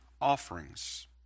offerings